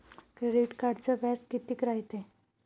Credit कार्डचं व्याज कितीक रायते?